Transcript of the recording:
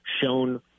shown